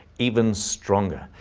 even stronger,